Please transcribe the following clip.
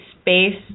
space